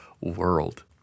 world